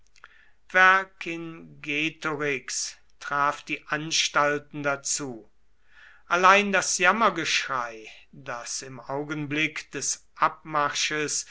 traf die anstalten dazu allein das jammergeschrei das im augenblick des abmarsches